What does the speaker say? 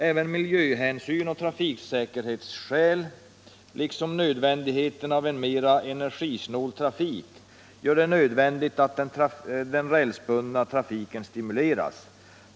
Även miljöhänsyn och trafiksäkerhetsskäl liksom önskvärdheten av en mera energisnål trafik gör det nödvändigt att den rälsbundna trafiken stimuleras.